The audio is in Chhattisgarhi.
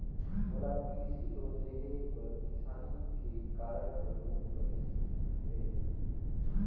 मोला कृसि लोन लेहे बर किसानी के कारण जरूरत परिस हे